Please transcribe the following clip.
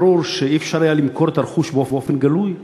ברור שלא היה אפשר למכור את הרכוש באופן גלוי,